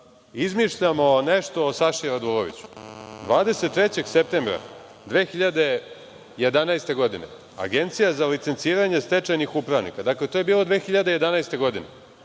izmišljamo nešto o Saši Raduloviću. Septembra 23. 2011. godine, Agencija za licenciranje stečajnih upravnika, dakle, to je bilo 2011. godine,